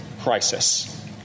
crisis